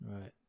Right